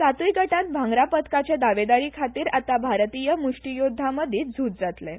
सातूय गटांत भांगरा पदकाचें दावेदारी खातीर आतां भारतीय मुश्टीयोद्धा मदींच झूज जातलें